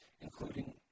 including